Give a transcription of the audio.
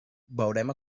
veurem